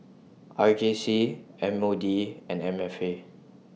R J C M O D and M F A